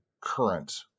current